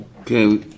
Okay